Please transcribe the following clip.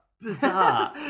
Bizarre